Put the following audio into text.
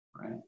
Right